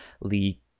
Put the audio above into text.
Lee